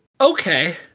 okay